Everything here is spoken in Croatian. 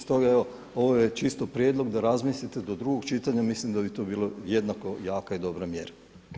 Stoga evo ovo je čisto prijedlog da razmislite do drugog čitanja, mislim da bi to bilo jednako jaka i dobra mjera.